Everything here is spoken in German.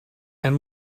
ein